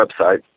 website